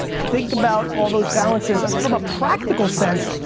think about all those balances. from a practical sense,